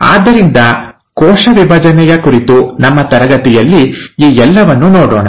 ಆದ್ದರಿಂದ ಕೋಶ ವಿಭಜನೆಯ ಕುರಿತು ನಮ್ಮ ತರಗತಿಯಲ್ಲಿ ಈ ಎಲ್ಲವನ್ನು ನೋಡೋಣ